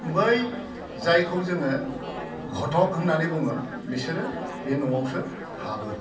बै जायखौ जोङो घतक होननानै बुङो बिसोरो बे न'आवसो हाबो